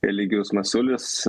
eligijus masiulis